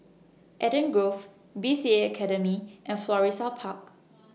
Eden Grove B C A Academy and Florissa Park